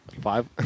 Five